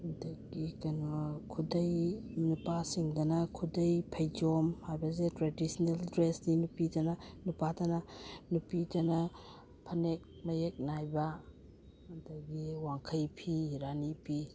ꯑꯗꯒꯤ ꯀꯩꯅꯣ ꯈꯨꯗꯩ ꯅꯨꯄꯥꯁꯤꯡꯗꯅ ꯈꯨꯗꯩ ꯐꯩꯖꯣꯝ ꯍꯥꯏꯕꯁꯤ ꯇ꯭ꯔꯦꯗꯤꯁꯅꯦꯜ ꯗ꯭ꯔꯦꯁꯇꯤ ꯅꯨꯄꯤꯗꯅ ꯅꯨꯄꯥꯗꯅ ꯅꯨꯄꯤꯗꯅ ꯐꯅꯦꯛ ꯃꯌꯦꯛ ꯅꯥꯏꯕ ꯑꯗꯒꯤ ꯋꯥꯡꯈꯩ ꯐꯤ ꯔꯥꯅꯤ ꯐꯤ